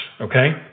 okay